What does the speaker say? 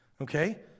okay